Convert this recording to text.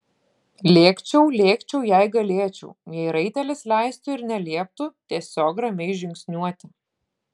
lėkčiau lėkčiau jei galėčiau jei raitelis leistų ir nelieptų tiesiog ramiai žingsniuoti